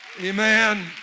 amen